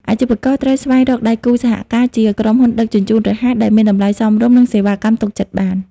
អាជីវករត្រូវស្វែងរកដៃគូសហការជា ក្រុមហ៊ុនដឹកជញ្ជូនរហ័ស ដែលមានតម្លៃសមរម្យ និងសេវាកម្មទុកចិត្តបាន។